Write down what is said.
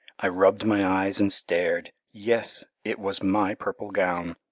i rubbed my eyes and stared. yes, it was my purple gown.